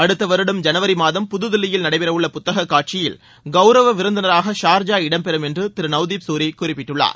அடுத்த வருடம் ஜனவரி மாதம் புதுதில்லியில் நடைபெறவுள்ள புத்தக காட்சியில் கவுரவ விருந்தினராக ஷார்ஜா இடம் பெறும் என்று திரு நவ்திப் சூரி குறிப்பிட்டுள்ளார்